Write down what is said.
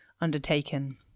undertaken